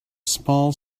small